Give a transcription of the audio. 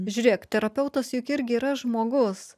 žiūrėk terapeutas juk irgi yra žmogus